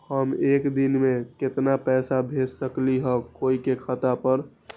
हम एक दिन में केतना पैसा भेज सकली ह कोई के खाता पर?